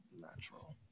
natural